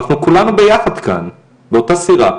אנחנו כולנו ביחד כאן באותה סירה.